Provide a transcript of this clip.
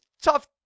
tough